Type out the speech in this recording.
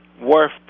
worth